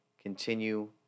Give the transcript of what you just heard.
continue